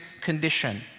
condition